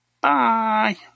Bye